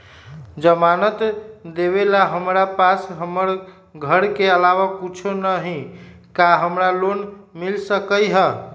जमानत देवेला हमरा पास हमर घर के अलावा कुछो न ही का हमरा लोन मिल सकई ह?